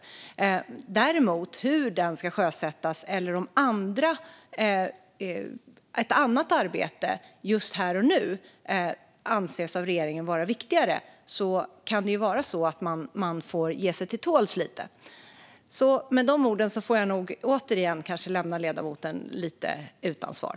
När det däremot gäller hur den ska sjösättas eller om regeringen anser att ett annat arbete är viktigare just här och nu kan det vara så att man får ge sig till tåls lite. Med de orden får jag nog återigen kanske lämna ledamoten lite utan svar.